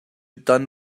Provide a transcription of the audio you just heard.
done